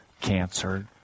cancer